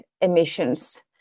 emissions